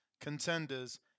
contenders